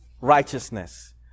righteousness